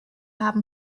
haben